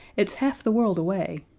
it's half the world away.